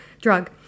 drug